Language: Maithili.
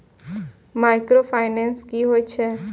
माइक्रो फाइनेंस कि होई छै?